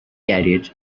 carriage